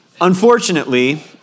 Unfortunately